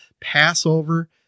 Passover